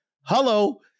hello